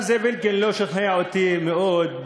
הם לא מגיעים לקרסוליים שלך.